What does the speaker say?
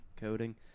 coding